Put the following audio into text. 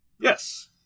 Yes